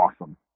awesome